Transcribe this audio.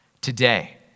Today